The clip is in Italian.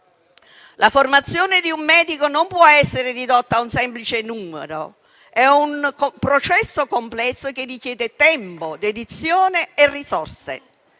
La formazione di un medico non può essere ridotta a un semplice numero: è un processo complesso che richiede tempo, dedizione e risorse.